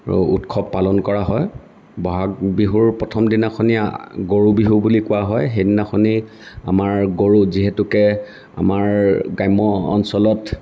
উৎসৱ পালন কৰা হয় ব'হাগ বিহুৰ প্ৰথম দিনাখন গৰু বিহু বুলি কোৱা হয় সেইদিনাখন আমাৰ গৰুক যিহেতুকে আমাৰ গ্ৰাম্য অঞ্চলত